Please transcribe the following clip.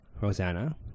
rosanna